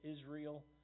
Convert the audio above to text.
Israel